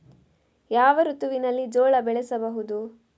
ಯಾವ ಋತುವಿನಲ್ಲಿ ಜೋಳ ಬೆಳೆಸಬಹುದು?